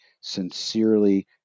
sincerely